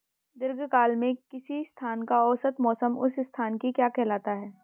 दीर्घकाल में किसी स्थान का औसत मौसम उस स्थान की क्या कहलाता है?